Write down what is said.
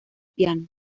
piano